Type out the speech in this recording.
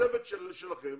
שהצוות שלכם